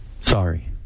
sorry